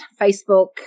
Facebook